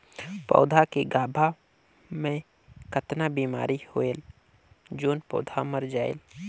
पौधा के गाभा मै कतना बिमारी होयल जोन पौधा मर जायेल?